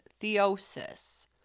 theosis